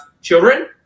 children